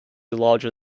larger